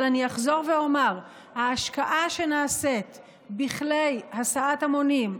אבל אחזור ואומר: ההשקעה שנעשית בכלי הסעת המונים,